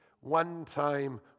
one-time